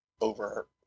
over